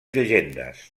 llegendes